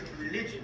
religion